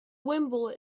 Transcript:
wimble